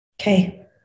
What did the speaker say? Okay